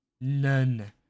none